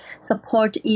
support